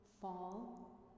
fall